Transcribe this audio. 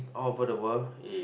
all over the world